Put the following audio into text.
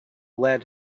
lead